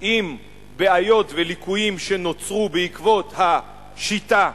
עם בעיות וליקויים שנוצרו בעקבות ה"שיטה",